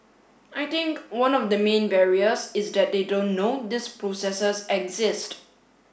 I think one of the main barriers is that they don't know these processes exist